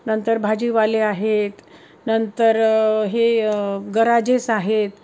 नंतर भाजीवाले आहेत नंतर हे गराजेस आहेत